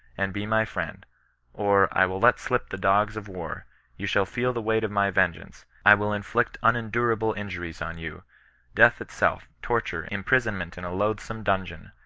and be my friend or, i will let slip the dogs of war you shall feel the weight of my vengeance i will inflict unen durable injuries on you death itself, torture, imprison ment in a loathsome dungeon,